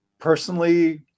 personally